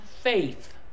faith